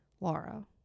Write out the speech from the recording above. Laura